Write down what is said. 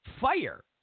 fire